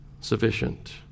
sufficient